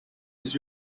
did